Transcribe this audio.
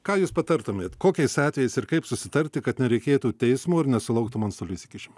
ką jūs patartumėt kokiais atvejais ir kaip susitarti kad nereikėtų teismo ir nesulauktum antstolių įsikišimo